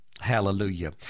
hallelujah